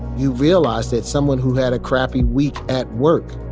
you realize that someone who had a crappy week at work,